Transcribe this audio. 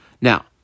Now